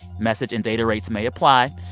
message and data rates may apply.